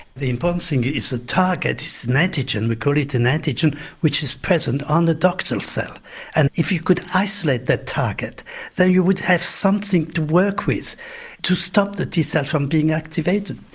the important thing is the target is an antigen, we call it an antigen which is present on the ductal cell and if you could isolate that target then you would have something to work with to stop the t cells from being activated.